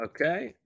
Okay